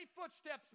footsteps